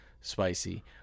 spicy